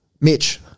Mitch